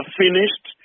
finished